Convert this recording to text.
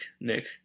Nick